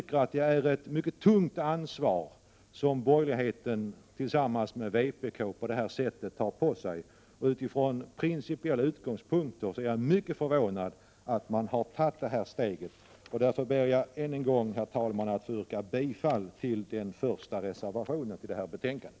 Det är ett mycket tungt ansvar som borgerligheten och vpk på detta sätt tar på sig. Principiellt är jag mycket förvånad över att man har tagit detta steg. Ännu en gång, herr talman, ber jag att få yrka bifall till reservation 1idetta betänkande.